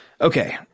okay